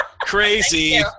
Crazy